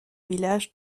villages